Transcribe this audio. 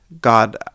God